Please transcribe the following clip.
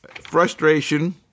frustration